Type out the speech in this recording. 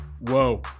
Whoa